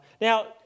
Now